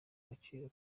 agaciro